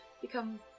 become